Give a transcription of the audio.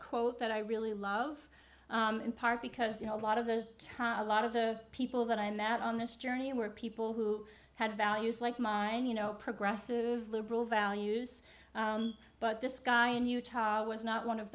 quote that i really love in part because you know a lot of the a lot of the people that i met on this journey were people who had values like mine you know progressive liberal values but this guy in utah was not one of